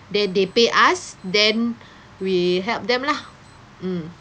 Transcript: they they pay us then we help them lah mm